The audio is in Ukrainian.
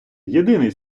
єдиний